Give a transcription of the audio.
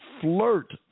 flirt